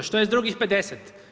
Što je s drugih 50?